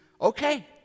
okay